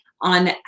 on